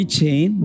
chain